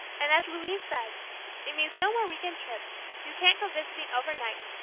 and as louise says it means no more week end trips you can't go visiting over night,